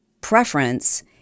preference